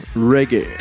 Reggae